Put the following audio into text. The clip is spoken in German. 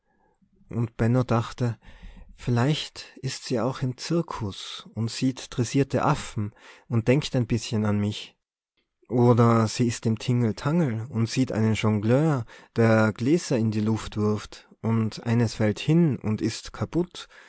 und benno dachte vielleicht is se auch im zirkus und sieht dressierte affen und denkt doch ein bißchen an mich oder sie is im tingeltangel und sieht einen jongleur der gläser in die luft wirft und eins fällt hin und is kaputt